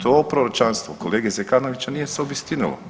To proročanstvo kolege Zekanovića nije se obistinilo.